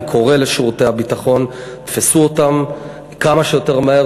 אני קורא לשירותי הביטחון: תפסו אותם כמה שיותר מהר.